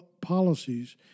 policies